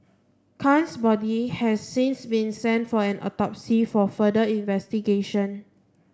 khan's body has since been sent for an autopsy for further investigation